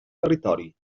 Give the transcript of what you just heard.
territori